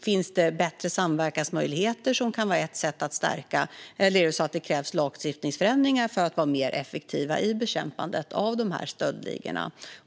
Finns det bättre samverkansmöjligheter som kan stärka arbetet, eller krävs det lagstiftningsförändringar för att bli mer effektiv i bekämpandet av dessa stöldligor?